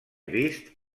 vist